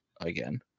again